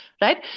right